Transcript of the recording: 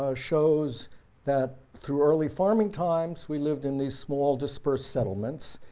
ah shows that through early farming times we lived in these small dispersed settlements,